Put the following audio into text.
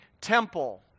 temple